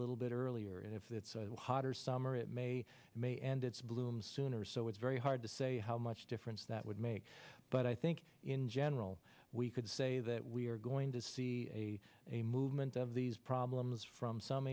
little bit earlier if it's hotter summer it may may and it's blooms sooner so it's very hard to say how much difference that would make but i think in general we could say that we are going to see a a movement of these problems from some